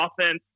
offense